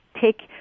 take